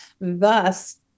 Thus